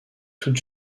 toute